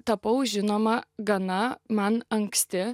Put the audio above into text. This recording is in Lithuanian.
tapau žinoma gana man anksti